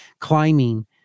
climbing